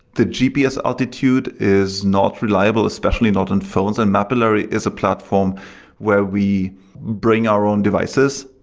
the gps altitude is not reliable, especially not in phones, and mapillary is a platform where we bring our own devices,